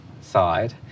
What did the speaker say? side